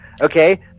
okay